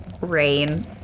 rain